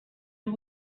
you